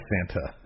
Santa